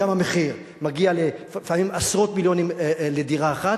גם המחיר מגיע לפעמים עשרות מיליונים לדירה אחת.